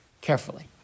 carefully